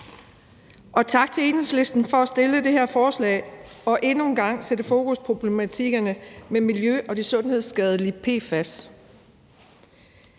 Og tak til Enhedslisten for at fremsætte det her forslag og endnu en gang sætte fokus på problematikkerne med det miljø- og sundhedsskadelige PFAS.